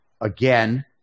again